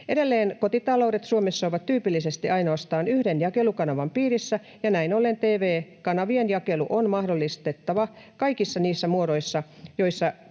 Edelleen kotitaloudet Suomessa ovat tyypillisesti ainoastaan yhden jakelukanavan piirissä, ja näin ollen tv-kanavien jakelu on mahdollistettava kaikissa niissä muodoissa, joissa